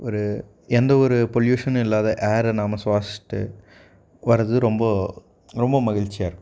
ஒரு எந்தவொரு பொல்யூஷனும் இல்லாத ஏரை நாம் சுவாசிச்சுட்டு வர்றது ரொம்ப ரொம்ப மகிழ்ச்சியாக இருக்கும்